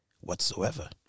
whatsoever